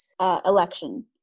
election